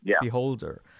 Beholder